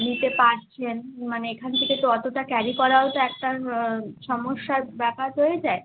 নিতে পারছেন মানে এখান থেকে তো অতটা ক্যারি করাও তো একটা সমস্যার ব্যাপার রয়ে যায়